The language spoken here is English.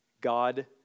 God